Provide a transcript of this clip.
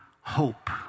hope